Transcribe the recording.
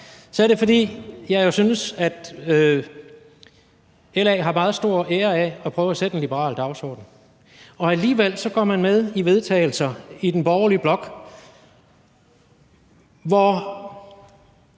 er det jo, fordi jeg synes, at LA har en meget stor ære af at prøve at sætte en liberal dagsorden, og alligevel går man med i vedtagelser i den borgerlige blok, hvor